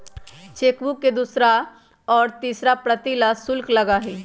chequebook के दूसरा और तीसरा प्रति ला शुल्क लगा हई